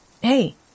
Hey